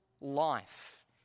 life